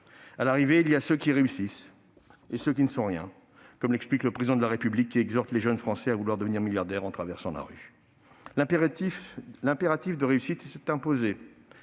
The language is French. À l'arrivée, il y a ceux qui réussissent et ceux qui ne sont rien, comme l'explique le Président de la République qui exhorte les jeunes Français à vouloir devenir milliardaires en traversant la rue ... L'impératif de réussite s'est imposé.